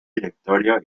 directorio